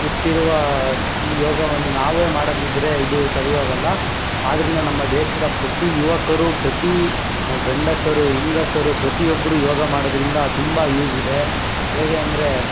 ಹುಟ್ಟಿರುವ ಈ ಯೋಗವನ್ನು ನಾವೇ ಮಾಡದಿದ್ದರೆ ಇದು ಸರಿ ಹೋಗೋಲ್ಲ ಆದ್ದರಿಂದ ನಮ್ಮ ದೇಶದ ಪ್ರತಿ ಯುವಕರು ಪ್ರತಿ ಗಂಡಸರು ಹೆಂಗಸರು ಪ್ರತಿಯೊಬ್ಬರು ಯೋಗ ಮಾಡೋದ್ರಿಂದ ತುಂಬ ಯೂಸ್ ಇದೆ ಹೇಗೆ ಅಂದರೆ